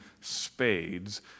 spades